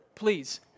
Please